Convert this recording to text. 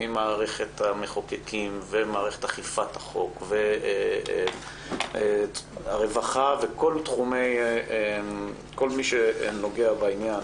ממערכת המחוקקים דרך מערכת אכיפת החוק והרווחה וכל מי שנוגע בעניין,